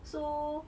so